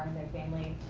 family,